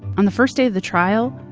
on the first day of the trial,